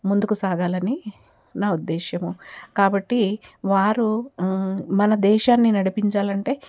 ముందుకు సాగాలని నా ఉద్దేశము కాబట్టి వారు మన దేశాన్ని నడిపించాలంటే